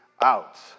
out